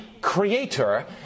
creator